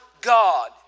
God